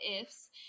ifs